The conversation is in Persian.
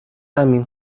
امین